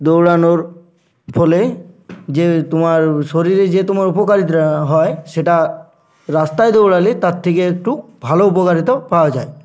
দৌড়ানোর ফলে যে তোমার শরীরে যে তোমার উপকারিতা হয় সেটা রাস্তায় দৌড়ালে তার থেকে একটু ভালো উপকারিতা পাওয়া যায়